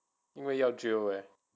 因为要 drill leh